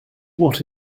what